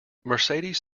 mercedes